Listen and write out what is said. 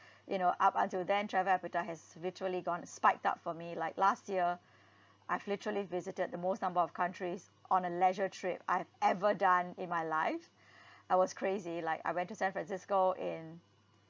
you know up until then travel appetite has virtually gone spiked up for me like last year I've literally visited the most number of countries on a leisure trip I've ever done in my life I was crazy like I went to san francisco in